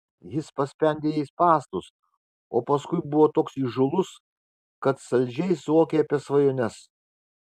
jis paspendė jai spąstus o paskui buvo toks įžūlus kad saldžiai suokė apie svajones